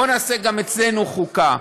בואו נעשה גם אצלנו חוקה.